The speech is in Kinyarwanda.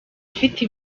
ufite